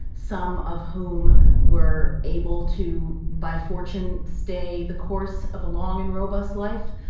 some of whom were able to by fortune stay the course of a long and robust life,